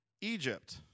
Egypt